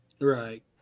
right